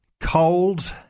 cold